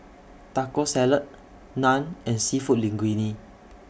Taco Salad Naan and Seafood Linguine